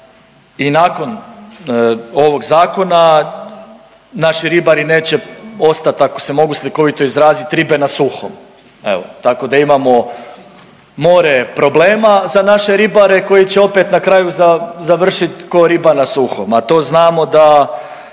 i nakon ovog zakona naši ribari neće ostat ako se mogu slikovito izrazit ribe na suhom evo, tako da imamo more problema za naše ribare koji će opet na kraju završit ko riba na suhom, a to znamo da